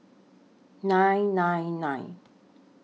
nine nine nine